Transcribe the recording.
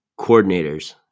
coordinators